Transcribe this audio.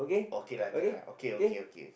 okay lah K lah okay okay okay